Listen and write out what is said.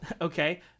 okay